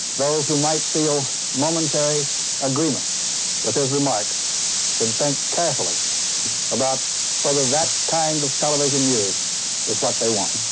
those who might feel momentary agreement with his remarks should think carefully about whether that kind of television news is what they want